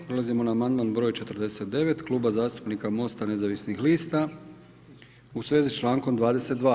Prelazimo na amandman broj 49 Kluba zastupnika Mosta nezavisnih lista u svezi s člankom 22.